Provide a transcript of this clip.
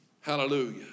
Hallelujah